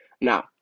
Now